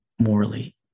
morally